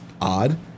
odd